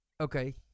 okay